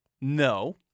No